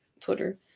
Twitter